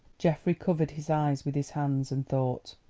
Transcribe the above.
geoffrey covered his eyes with his hand, and thought.